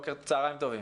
צהריים טובים.